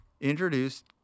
introduced